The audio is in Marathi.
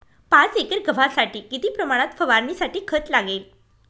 पाच एकर गव्हासाठी किती प्रमाणात फवारणीसाठी खत लागेल?